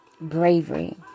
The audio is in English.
bravery